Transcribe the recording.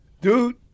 Dude